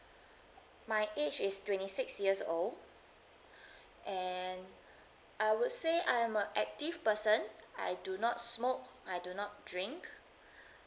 my age is twenty six years old and I would say I'm a active person I do not smoke I do not drink